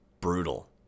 Brutal